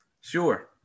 Sure